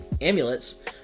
amulets